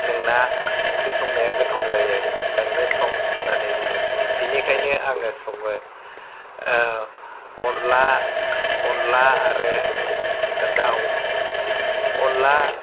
नोंना ओंख्रि संनाया गोथाव जायो नोंनो सं होननानै बुङो बिनिखायनो आङो सङो अनला अनला आरो दाव अनला